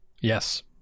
Yes